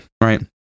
right